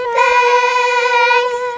thanks